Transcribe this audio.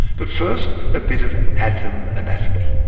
but first, a bit of atom anatomy.